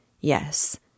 Yes